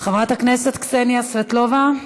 חברת הכנסת קסניה סבטלובה,